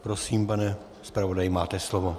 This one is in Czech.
Prosím, pane zpravodaji, máte slovo.